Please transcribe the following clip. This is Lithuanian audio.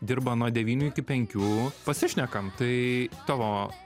dirba nuo devynių iki penkių pasišnekam tai tavo